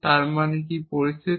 তার মানে কি পরিস্থিতি